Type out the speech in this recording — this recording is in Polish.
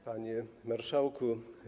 Panie Marszałku!